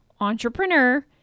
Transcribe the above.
entrepreneur